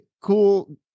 cool